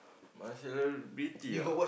my favourite B_T ah